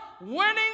winning